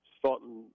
starting